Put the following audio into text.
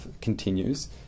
continues